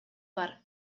бар